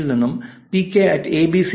in നിന്നും PKABC